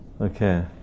Okay